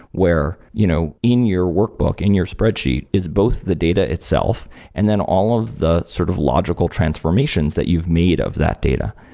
where you know in your workbook, in your spreadsheet is both the data itself and then all of the sort of logical transformations that you've made of that data.